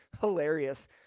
hilarious